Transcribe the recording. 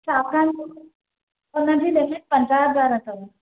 छाकाण त उन जी लिमिट पंद्रहं हज़ार अथव